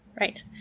right